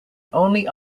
only